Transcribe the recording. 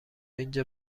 اینجا